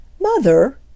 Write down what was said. Mother